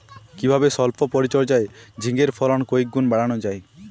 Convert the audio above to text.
কিভাবে সল্প পরিচর্যায় ঝিঙ্গের ফলন কয়েক গুণ বাড়ানো যায়?